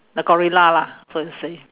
the gorilla lah so you say